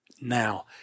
now